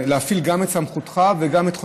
להפעיל גם את סמכותך וגם את חותמך,